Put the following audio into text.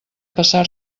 passar